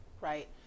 right